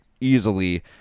easily